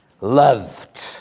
loved